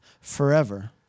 forever